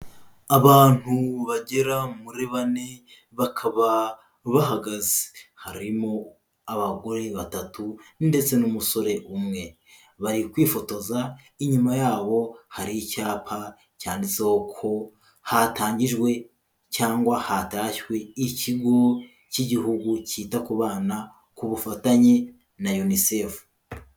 Abantu bagera muri bane bakaba bahagaze, harimo abagore batatu ndetse n'umusore umwe, bari kwifotoza inyuma yabo hari icyapa cyanditseho ko hatangijwe cyangwa hatashywe Ikigo cy'Igihugu cyita ku bana, ku bufatanye na UNICEF.